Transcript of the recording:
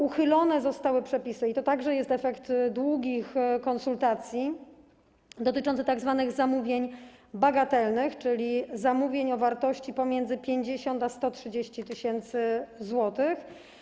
Uchylone zostały przepisy, i to także jest efekt długich konsultacji, dotyczący tzw. zamówień bagatelnych, czyli zamówień o wartości pomiędzy 50 a 130 tys. zł.